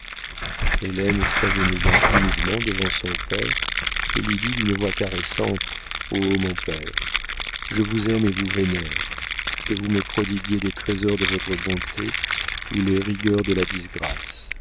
s'agenouilla timidement devant son père et lui dit d'une voix caressante o mon père je vous aime et vous vénère que vous me prodiguiez des trésors de votre bonté ou les rigueurs de la disgrâce